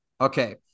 Okay